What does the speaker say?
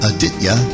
Aditya